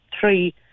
three